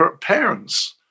parents